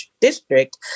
district